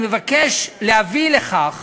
אני מבקש להביא לכך